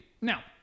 Now